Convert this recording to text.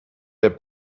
der